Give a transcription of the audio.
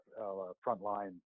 frontline